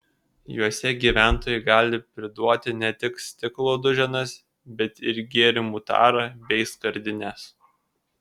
juose gyventojai gali priduoti ne tik stiklo duženas bet ir gėrimų tarą bei skardines